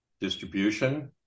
distribution